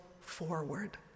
forward